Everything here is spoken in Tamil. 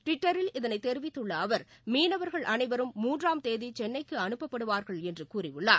டுவிட்டரில் தெரிவித்துள்ளஅவர் இதனைத் மீனவர்கள் அனைவரும் முன்றாம் தேதிசென்னைக்குஅனுப்பப்படுவார்கள் என்றுகூறியுள்ளார்